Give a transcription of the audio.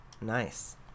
Nice